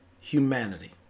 humanity